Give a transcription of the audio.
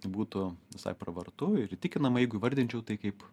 būtų visai pravartu ir įtikinama jeigu įvardinčiau tai kaip